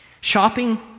Shopping